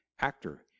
actor